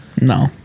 No